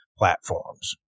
platforms